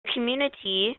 community